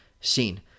scene